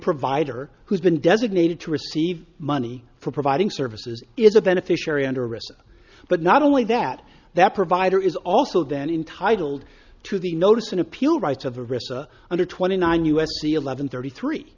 provider who's been designated to receive money for providing services is a beneficiary under arrest but not only that that provider is also then intitled to the notice in appeal right of a recess under twenty nine u s c eleven thirty three